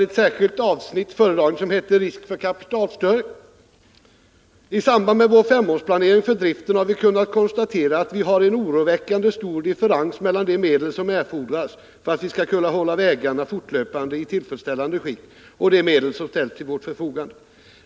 I ett särskilt avsnitt i föredraget som hette ”Risk för kapitalförstöring” sade han: ”I samband med vår femårsplanering för driften har vi kunnat konstatera att vi har en oroväckande stor differens mellan de medel som erfordras för att vi skall kunna hålla vägarna fortlöpande i tillfredsställande skick och de medel som ställs till vårt förfogande.